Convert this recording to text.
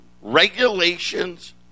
regulations